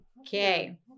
okay